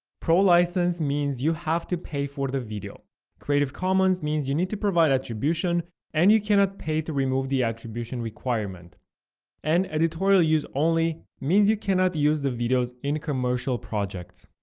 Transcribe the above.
pro license means you have to pay for the video creative commons means you need to provide attribution and you cannot pay to remove the attribution requirement and editorial use only means you cannot use the videos in commercial projects.